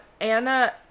Anna